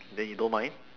then you don't mind